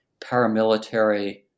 paramilitary